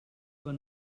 van